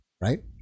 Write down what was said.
right